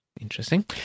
Interesting